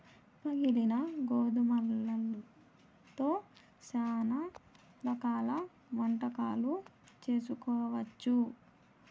పగిలిన గోధుమలతో శ్యానా రకాల వంటకాలు చేసుకోవచ్చు